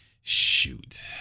shoot